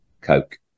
Coke